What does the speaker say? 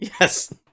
Yes